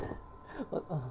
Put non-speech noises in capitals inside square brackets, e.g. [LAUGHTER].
[LAUGHS]